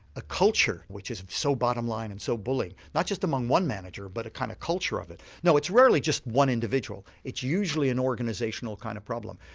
a culture which is so bottom line and so bully, not just among one manager but a kind of culture of it, no it's rarely just one individual, it's usually an organisational kind of problem.